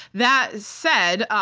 that said,